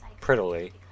prettily